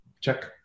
check